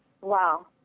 Wow